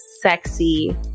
sexy